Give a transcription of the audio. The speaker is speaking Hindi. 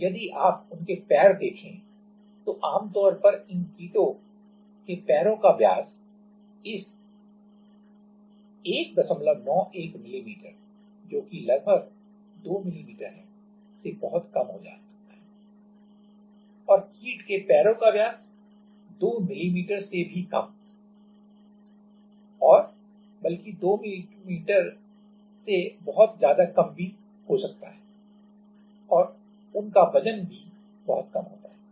और यदि आप उनके पैर देखें तो आमतौर पर इन कीटो के पैरों का व्यास इस 191 मिमी जो कि लगभग 2 मिमी है से बहुत कम हो सकता है और कीट के पैरों का व्यास 2 मिमी से भी कम और बल्कि 2 मिमी से बहुत ज्यादा कम भी कम हो सकता है और उनका वजन भी बहुत कम होता है